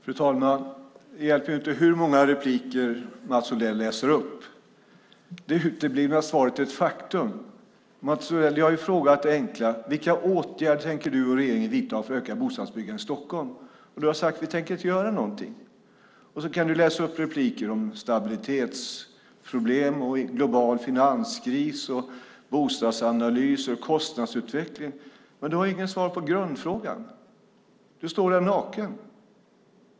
Fru talman! Det hjälper inte hur många inlägg Mats Odell läser upp. Det uteblivna svaret är ett faktum. Mats Odell, jag har ställt den enkla frågan vilka åtgärder du och regeringen tänker vidta för att öka bostadsbyggandet i Stockholm. Och du har sagt: Vi tänker inte göra någonting. Du kan läsa upp inlägg om stabilitetsproblem, global finanskris, bostadsanalyser och kostnadsutveckling, men du har ju inget svar på grundfrågan. Du står här naken.